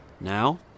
Now